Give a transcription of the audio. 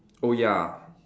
oh ya